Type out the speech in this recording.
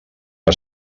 que